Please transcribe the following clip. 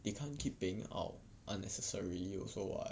they can't keep paying out unnecessarily also what